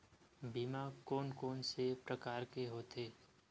बीमा कोन कोन से प्रकार के होथे?